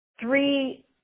Three